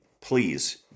Please